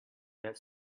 that